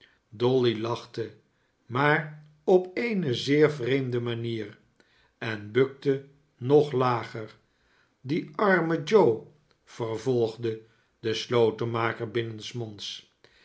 dolly lachte maar op eene zeer vreemde manier en bukte nog lager die arme joe vervolgde de slotenmaker